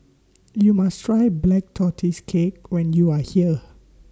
YOU must Try Black Tortoise Cake when YOU Are here